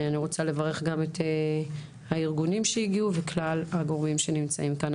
אני רוצה לברך גם את הארגונים שהגיעו ואת כלל הגורמים שנמצאים כאן.